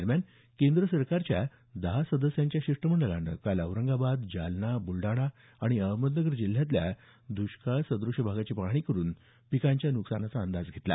दरम्यान केंद्र सरकारच्या दहा सदस्यांच्या शिष्टमंडळानं काल औरंगाबाद जालना बुलडाणा आणि अहमदनगर जिल्ह्यांतल्या दुष्काळ सद्रश भागाची पाहणी करून पिकांच्या नुकसानीचा अंदाज घेतला